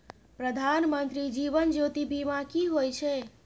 प्रधानमंत्री जीवन ज्योती बीमा की होय छै?